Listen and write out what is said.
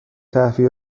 تهویه